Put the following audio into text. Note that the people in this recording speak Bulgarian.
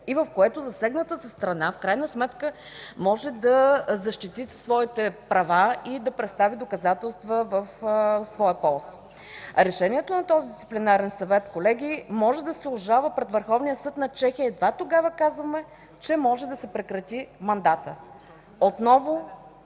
и в което засегнатата страна в крайна сметка може да защити своите права и да представи доказателства в своя полза. Решението на този Дисциплинарен съвет, колеги, може да се обжалва пред Върховния съд на Чехия, едва тогава казваме, че може да се прекрати мандатът. Отново,